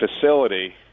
facility